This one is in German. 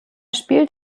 spielt